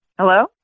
Hello